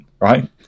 right